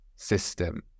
system